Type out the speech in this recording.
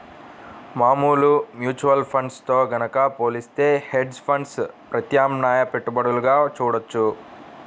మామూలు mutual funds తో గనక పోలిత్తే హెడ్జ్ ఫండ్స్ ప్రత్యామ్నాయ పెట్టుబడులుగా చూడొచ్చు